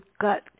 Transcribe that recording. got